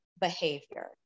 behavior